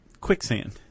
quicksand